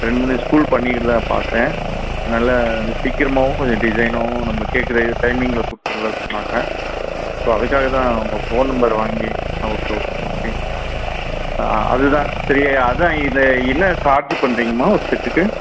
ரெண்டு மூணு ஸ்கூல் பண்ணிக்கிறதா பார்த்தேன் நல்ல சீக்கிரமாகவும் கொஞ்சம் டிசைன்னாகவும் நம்ம கேட்கற டைமிங்கில் கொடுத்துறதா சொன்னாங்க ஸோ அதுக்காக தான் உங்கள் ஃபோன் நம்பர் வாங்கி ஆ ஓகே ஓகே ஓகே அது தான் சரி அதுதான் இது என்ன சார்ஜி பண்ணுறீங்கம்மா ஒரு செட்டுக்கு